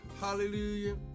Hallelujah